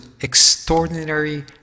extraordinary